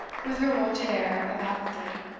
with her wonted air of apathy.